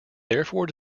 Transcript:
therefore